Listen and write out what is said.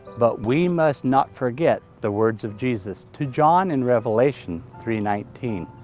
but we must not forget the words of jesus to john in revelation three nineteen